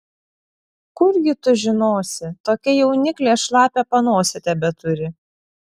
kurgi tu žinosi tokia jauniklė šlapią panosę tebeturi